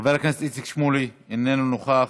חבר הכנסת איציק שמולי, איננו נוכח,